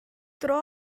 dro